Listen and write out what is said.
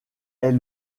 est